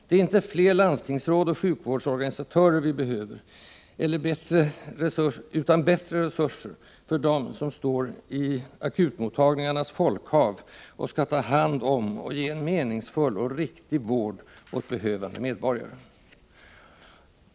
Det är inte fler landstingsråd och sjukvårdsadministratörer vi behöver utan bättre resurser för dem som står i akutmottagningarnas folkhav och skall ta hand om och ge en meningsfull och riktig vård åt behövande medborgare.